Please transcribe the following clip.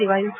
દેવાયું છે